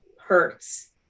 hurts